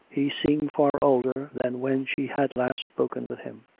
he seemed far older than when she had last spoken with him,